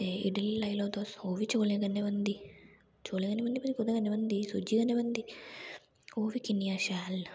एह् इडली लाई लैओ तुस ओह् बी चौलें कन्नै बनदी चौलें कन्नै बनदी कोह्दे कन्नै बनदी सूजी कन्नै बनदी ओह् बी कि'न्नियां शैल न